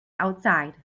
outside